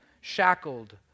shackled